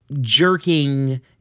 jerking